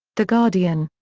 the guardian.